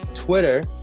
Twitter